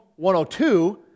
102